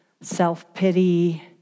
self-pity